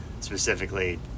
specifically